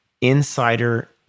insider